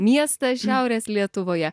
miestą šiaurės lietuvoje